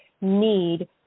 need